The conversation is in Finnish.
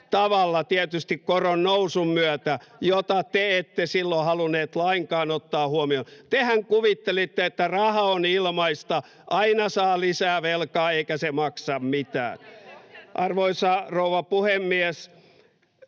[Välihuuto vasemmalta] jota te ette silloin halunneet lainkaan ottaa huomioon. Tehän kuvittelitte, että raha on ilmaista, aina saa lisää velkaa eikä se maksa mitään. [Vasemmalta: